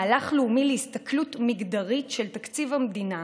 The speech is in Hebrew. מהלך לאומי להסתכלות מגדרית על תקציב המדינה.